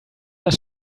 das